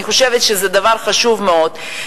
אני חושבת שזה דבר חשוב מאוד.